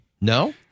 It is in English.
No